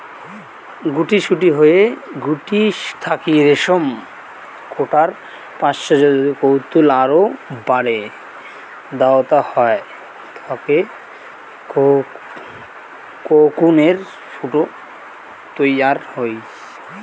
গুটি থাকি রেশম গোটার পাচত যদি তুতকীটক আরও বারের দ্যাওয়া হয় তানে কোকুনের ফুটা তৈয়ার হই